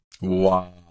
Wow